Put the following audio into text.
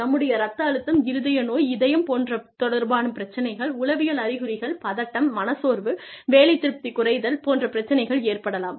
நம்முடைய இரத்த அழுத்தம் இருதய நோய் இதயம் தொடர்பான பிரச்சனைகள் உளவியல் அறிகுறிகள் பதட்டம் மனச்சோர்வு வேலை திருப்தி குறைதல் போன்ற பிரச்சனைகள் ஏற்படலாம்